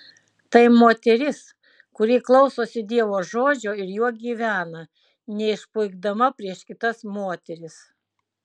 tai moteris kuri klausosi dievo žodžio ir juo gyvena neišpuikdama prieš kitas moteris